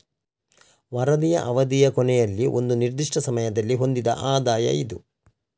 ವರದಿಯ ಅವಧಿಯ ಕೊನೆಯಲ್ಲಿ ಒಂದು ನಿರ್ದಿಷ್ಟ ಸಮಯದಲ್ಲಿ ಹೊಂದಿದ ಆದಾಯ ಇದು